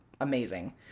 amazing